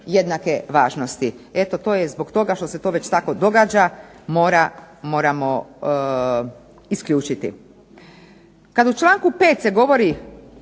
jednake važnosti. I eto to je zbog toga što se to već tako događa moramo isključiti. Kad u članku 5. se govori